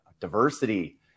diversity